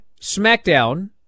SmackDown